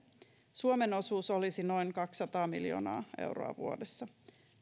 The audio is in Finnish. suomen osuus olisi noin kaksisataa miljoonaa euroa vuodessa